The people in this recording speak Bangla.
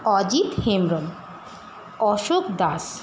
অজিত হেমব্রম অশোক দাস